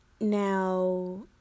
Now